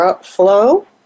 flow